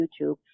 YouTube